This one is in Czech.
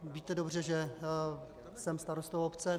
Víte dobře, že jsem starostou obce.